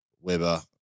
Webber